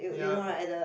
yea